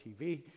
TV